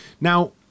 Now